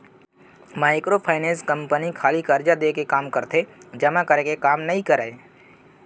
micro finance company खाली करजा देय के काम करथे जमा करे के काम नइ करय